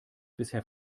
bisher